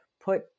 put